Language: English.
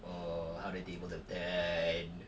oh how the tables have turned